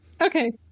Okay